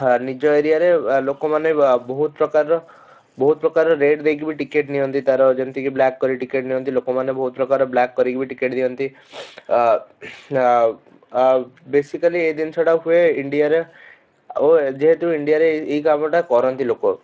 ହଁ ନିଜ ଏରିଆରେ ଲୋକମାନେ ବହୁତ ପ୍ରକାରର ବହୁତ ପ୍ରକାର ରେଟ୍ ନେଇକି ବି ଟିକେଟ୍ ନିଅନ୍ତି ତାର ଯେମତିକି ବ୍ଲାକ୍ କରି ଟିକେଟ୍ ନିଅନ୍ତି ଲୋକମାନେ ବହୁତ ପ୍ରକାର୍ ବ୍ଲାକ୍ କରି ବି ଟିକେଟ୍ ଦିଅନ୍ତି ଆ ଆ ଆ ବେଶିକାଲି ଏଇ ଜିନିଷଟା ହୁଏ ଇଣ୍ଡିଆରେ ଓ ଯେହେତୁ ଇଣ୍ଡିଆରେ ଏଇ ଏଇ କାମଟା କରନ୍ତି ଲୋକ